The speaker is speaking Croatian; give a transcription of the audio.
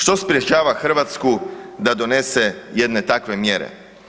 Što sprječava Hrvatsku da donese jedne takve mjere?